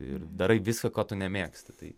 ir darai viską ko tu nemėgsti tai